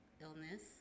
illness